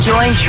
Join